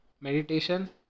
Meditation